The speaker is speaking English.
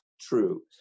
true